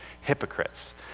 hypocrites